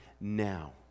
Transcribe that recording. now